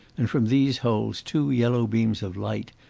and from these holes two yellow beams of light,